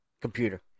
computer